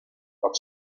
but